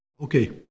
Okay